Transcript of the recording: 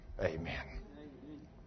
amen